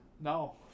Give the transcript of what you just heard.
No